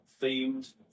themed